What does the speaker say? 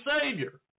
Savior